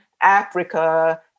Africa